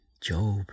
Job